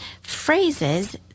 phrases